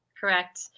Correct